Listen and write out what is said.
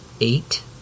eight